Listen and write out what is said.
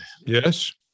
Yes